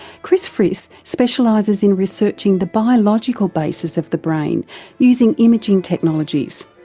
chris frith specialises in researching the biological basis of the brain using imaging technologies.